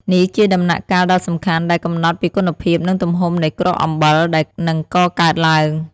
នេះជាដំណាក់កាលដ៏សំខាន់ដែលកំណត់ពីគុណភាពនិងទំហំនៃគ្រាប់អំបិលដែលនឹងកកើតឡើង។